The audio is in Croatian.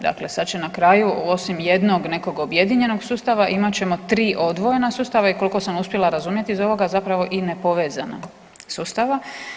Dakle, sad će na kraju osim jednog nekog objedinjenog sustava imat ćemo tri odvojena sustava i koliko sam uspjela razumjeti iz ovoga zapravo i ne povezana sustava.